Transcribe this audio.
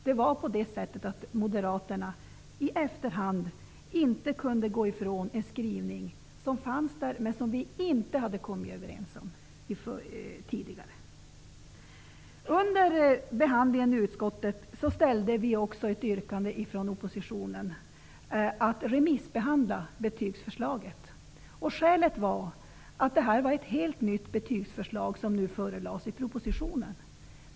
Det var moderaterna som i efterhand inte kunde gå ifrån en skrivning som fanns där men som vi inte hade kommit överens om tidigare. Under behandlingen i utskottet yrkade oppositionen att betygsförslaget skulle remissbehandlas. Skälet var att det var ett helt nytt betygsförslag som förelades i propositionen.